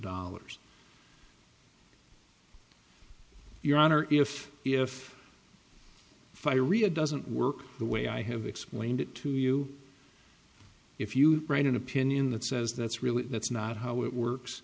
dollars your honor if if if i read it doesn't work the way i have explained it to you if you write an opinion that says that's really that's not how it works